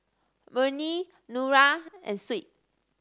Murni Nura and Shuib